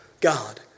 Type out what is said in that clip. God